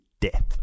death